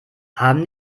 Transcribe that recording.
arm